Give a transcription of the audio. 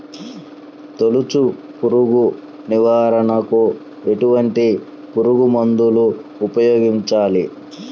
తొలుచు పురుగు నివారణకు ఎటువంటి పురుగుమందులు ఉపయోగించాలి?